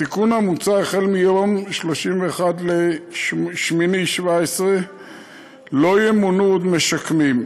התיקון המוצע: מיום 31 באוגוסט 2017 לא ימונו עוד משקמים,